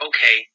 Okay